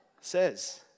says